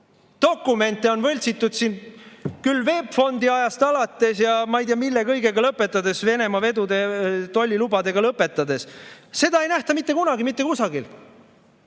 Dokumente on võltsitud siin küll VEB Fondi ajast alates ja ma ei tea mille kõigega lõpetades, Venemaa-vedude tollilubadega lõpetades. Seda ei nähta mitte kunagi mitte kusagil.